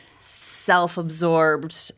self-absorbed